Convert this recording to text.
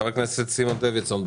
חבר הכנסת סימון דוידסון,